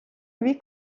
louis